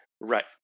Right